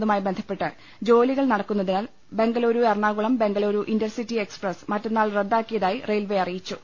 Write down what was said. ന്നതുമായി ബന്ധപ്പെട്ട് ജോലികൾ നടക്കുന്നതിനാൽ ബംഗളുരു എറണാകുളം ബംഗളുരു ഇന്റർസിറ്റി എക്സ്പ്രസ് മറ്റുന്നാൾ റദ്ദാക്കിയതായി റെയിൽവെ അറി യിച്ചു